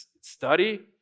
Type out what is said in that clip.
study